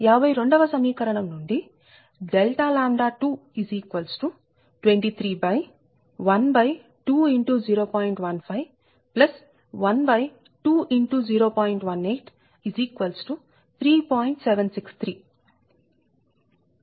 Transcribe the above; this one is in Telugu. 52 వ సమీకరణం నుండి 2312×0